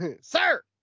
Sir